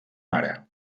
mare